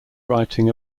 writing